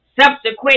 subsequent